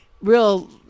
real